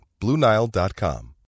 BlueNile.com